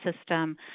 system